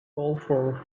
golfer